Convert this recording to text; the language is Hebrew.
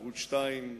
בערוץ-2,